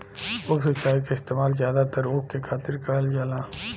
उप सिंचाई क इस्तेमाल जादातर ऊख के खातिर करल जाला